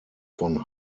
von